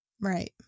Right